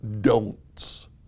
don'ts